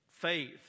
faith